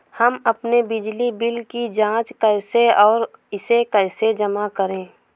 हम अपने बिजली बिल की जाँच कैसे और इसे कैसे जमा करें?